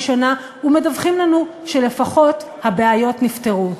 שנה ומדווחים לנו שלפחות הבעיות נפתרו.